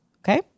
Okay